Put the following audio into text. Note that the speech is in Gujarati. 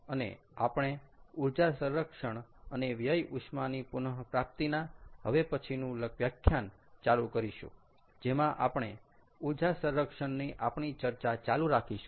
અને આપણે ઊર્જા સંરક્ષણ અને વ્યય ઉષ્માની પુનપ્રાપ્તિના હવે પછીનું વ્યાખ્યાન ચાલુ કરીશું જેમાં આપણે ઊર્જા સંરક્ષણની આપણી ચર્ચા ચાલુ રાખીશું